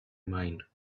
mind